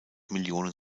millionen